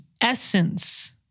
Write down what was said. essence